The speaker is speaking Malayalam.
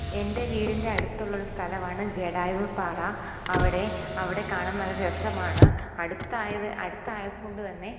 എൻ്റെ വീടിൻ്റെ അടുത്തുള്ളൊരു സ്ഥലമാണ് ജടായൂർ പാറ അവിടെ അവിടെ കാണാൻ നല്ല രസമാണ് അടുത്തായത് അടുത്തായതു കൊണ്ടു തന്നെ